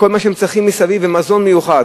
כל מה שהם צריכים מסביב, ומזון מיוחד.